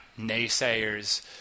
naysayers